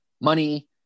money